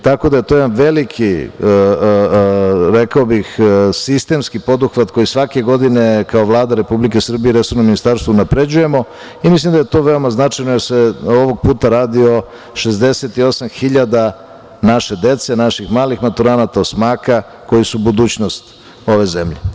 Tako da je to jedan veliki, rekao bih, sistemski poduhvat koji svake godine, kao Vlada Republike Srbije i resorno ministarstvo unapređujemo i mislim da je to veoma značajno, jer se ovog puta radi o 68.000 naše dece, naših malih maturanata osmaka, koji su budućnost ove zemlje.